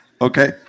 Okay